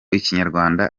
ikinyarwanda